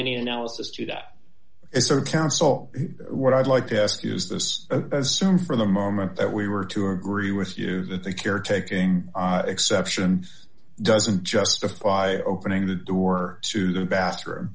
any analysis to that is their counsel what i'd like to ask use this as soon from the moment that we were to agree with you that the care taking exception doesn't justify opening the door to the bathroom